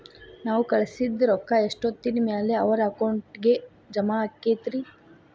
ನಾವು ಕಳಿಸಿದ್ ರೊಕ್ಕ ಎಷ್ಟೋತ್ತಿನ ಮ್ಯಾಲೆ ಅವರ ಅಕೌಂಟಗ್ ಜಮಾ ಆಕ್ಕೈತ್ರಿ?